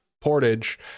Portage